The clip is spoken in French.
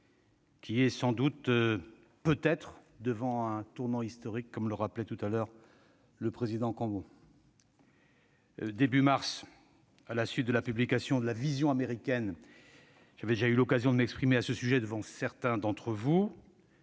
lequel en est peut-être à un tournant historique, comme l'a rappelé le président Cambon. Début mars, à la suite de la publication de la « vision » américaine, j'ai déjà eu l'occasion de m'exprimer à ce sujet devant certains d'entre vous.